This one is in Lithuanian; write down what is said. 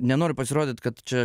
nenoriu pasirodyt kad čia